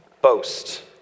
boast